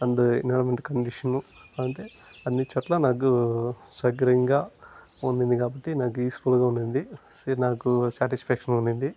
and environment condition అంటే అన్ని చోట్ల నాకు సౌకర్యంగా ఉండింది కాబట్టి నాకు పీస్ఫుల్గా ఉండింది సీ నాకు సాటిస్ఫ్యాక్షన్ ఉండింది